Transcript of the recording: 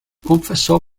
confessò